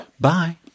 Bye